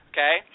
Okay